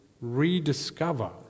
rediscover